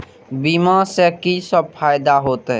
बीमा से की सब फायदा होते?